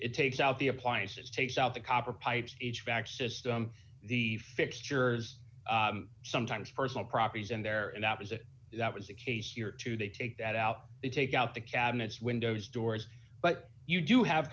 it takes out the appliances takes out the copper pipes each back system the fixtures sometimes personal properties and there and out is it that was the case here too they take that out they take out the cabinets windows doors but you do have